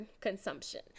consumption